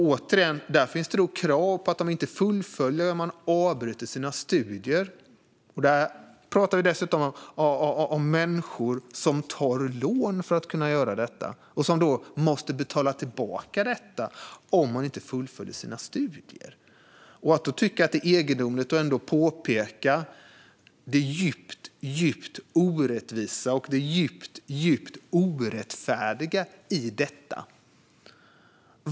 Återigen: Här pratar vi om människor som tar lån för att kunna göra detta och som har krav på sig att betala tillbaka lånen om de inte fullföljer eller avbryter sina studier. Hur kan man då tycka att det är egendomligt att påpeka det djupt orättvisa och det djupt orättfärdiga i detta?